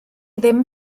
ddim